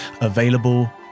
available